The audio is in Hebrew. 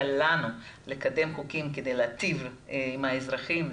לנו לקדם חוקים כדי להטיב עם האזרחים,